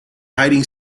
hiding